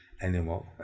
animal